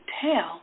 tail